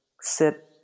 sit